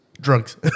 drugs